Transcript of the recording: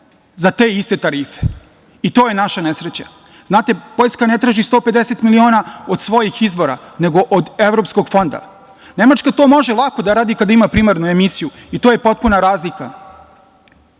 za te iste tarife. To je naša nesreća. Znate, Poljska ne traži 150 miliona od svojih izvora, nego od Evropskog fonda. Nemačka to može lako da radi kada ima primarnu emisiju i to je potpuna razlika.